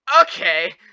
okay